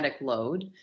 load